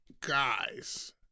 guys